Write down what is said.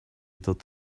dod